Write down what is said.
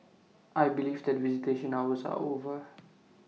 I believe that visitation hours are over